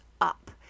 up